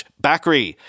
Bakri